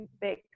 big